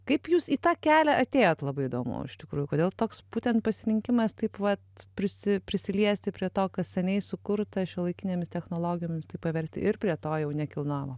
kaip jūs į tą kelią atėjot labai įdomu iš tikrųjų kodėl toks būtent pasirinkimas taip vat prisi prisiliesti prie to kas seniai sukurta šiuolaikinėmis technologijomis tai paversti ir prie to jau nekilnojamo